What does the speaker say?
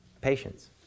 patience